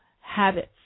habits